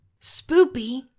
Spoopy